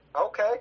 Okay